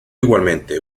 igualmente